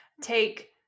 take